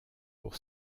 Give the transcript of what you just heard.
pour